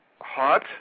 HOT